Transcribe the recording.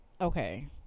okay